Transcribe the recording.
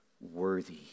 worthy